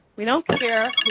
we don't care